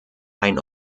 ein